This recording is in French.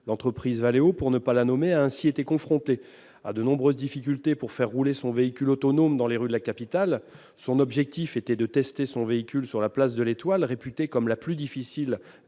L'entreprise Valeo a ainsi été confrontée à de nombreuses difficultés pour faire rouler son véhicule autonome dans les rues de la capitale. Son objectif était de le tester sur la place de l'Étoile, réputée comme la section